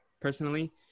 personally